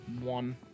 one